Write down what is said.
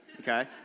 okay